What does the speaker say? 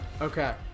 Okay